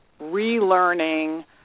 relearning